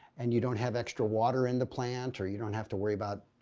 and you don't have extra water in the plant or you don't have to worry about.